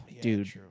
Dude